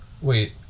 wait